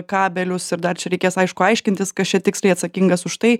kabelius ir dar čia reikės aišku aiškintis kas čia tiksliai atsakingas už tai